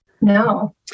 No